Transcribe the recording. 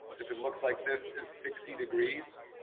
if it looks like this is sixty degrees.